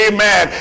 Amen